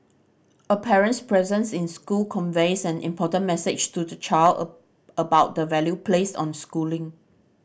a parent's presence in school conveys an important message to the child about the value placed on schooling